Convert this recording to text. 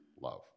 love